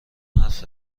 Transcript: حرف